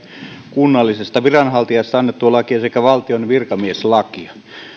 kunnallisesta viranhaltijasta annettua lakia sekä valtion virkamieslakia